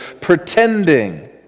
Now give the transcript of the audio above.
pretending